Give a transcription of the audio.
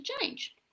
change